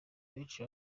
benshi